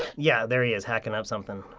yeah, there he is, hacking up something.